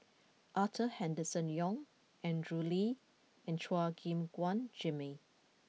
Arthur Henderson Young Andrew Lee and Chua Gim Guan Jimmy